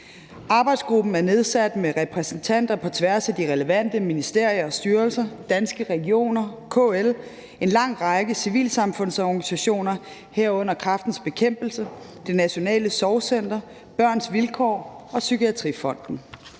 Arbejdsgruppen er nedsat med repræsentanter på tværs af de relevante ministerier og styrelser, Danske Regioner, KL, en lang række civilsamfundsorganisationer, herunder Kræftens Bekæmpelse, Det Nationale Sorgcenter, Børns Vilkår og Psykiatrifonden.